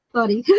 Sorry